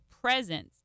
presence